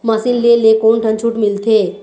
Machine ले ले कोन ठन छूट मिलथे?